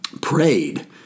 prayed